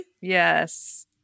Yes